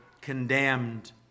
condemned